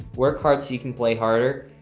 work hard so you can play harder.